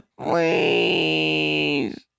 Please